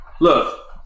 Look